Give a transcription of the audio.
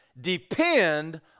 depend